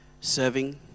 Serving